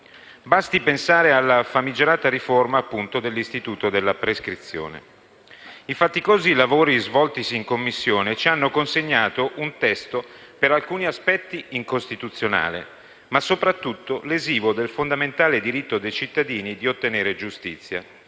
basti pensare alla famigerata riforma dell'istituto della prescrizione. I faticosi lavori svoltisi in Commissione ci hanno consegnato un testo per alcuni aspetti incostituzionale, ma soprattutto lesivo del fondamentale diritto dei cittadini ad ottenere giustizia;